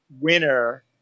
winner